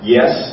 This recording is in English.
Yes